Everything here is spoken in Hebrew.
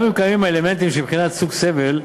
גם אם קיימים אלמנטים של בחינת סוג הסבל,